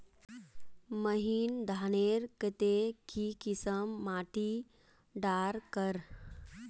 महीन धानेर केते की किसम माटी डार कर?